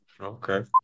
Okay